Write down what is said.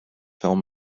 film